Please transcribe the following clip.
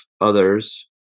others